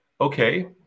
Okay